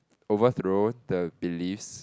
overthrow the beliefs